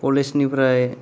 कलेजनिफ्राय